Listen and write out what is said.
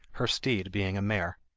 her steed being a mare.